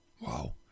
Wow